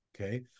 Okay